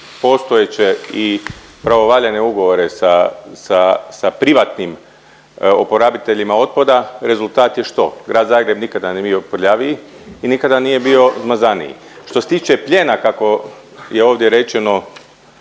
postojeće i pravovaljane ugovore sa privatnim oporabiteljima otpada. Rezultat je što? Grad Zagreb nikada nije bio prljaviji i nikada nije bio zmazaniji. Što se tiče pljena kako je ovdje rečeno